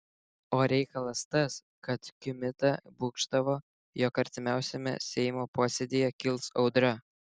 o reikalas tas kad kmita būgštavo jog artimiausiame seimo posėdyje kils audra